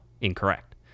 incorrect